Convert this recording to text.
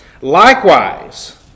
likewise